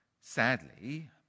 Sadly